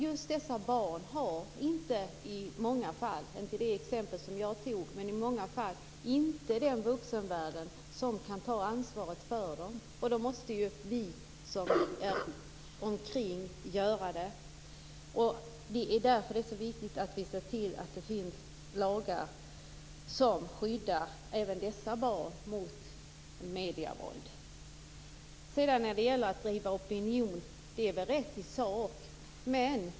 Just dessa barn har inte tillgång till den vuxenvärld som kan ta ansvar för dem. Då måste vi som befinner oss runt omkring göra det. Det är därför det är viktigt att se till att det finns lagar som skyddar även dessa barn mot medievåld. Sedan var det frågan om att driva opinion.